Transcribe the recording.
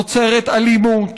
נוצרת אלימות,